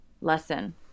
lesson